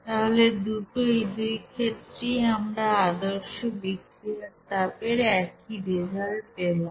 তাহলে দুটোই দুটো ক্ষেত্রেই আমরা আদর্শ বিক্রিয়ার তাপের একই রেজাল্ট পেলাম